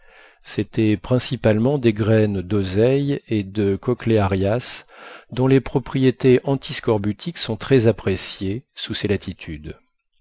c'étaient principalement des graines d'oseille et de cochlearias dont les propriétés antiscorbutiques sont très appréciées sous ces latitudes